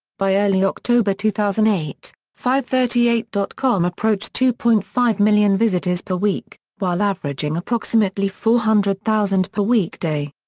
by early october two thousand and eight, fivethirtyeight dot com approached two point five million visitors per week, while averaging approximately four hundred thousand per weekday.